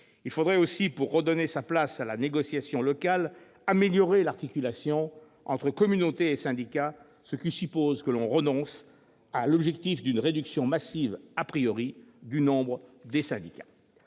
Il faudrait aussi, pour redonner sa place à la négociation locale, améliorer l'articulation entre communautés et syndicats, ce qui suppose que l'on renonce à l'objectif d'une réduction massive du nombre de ces syndicats.